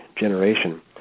generation